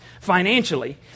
financially